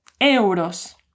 Euros